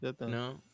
No